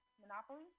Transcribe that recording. monopoly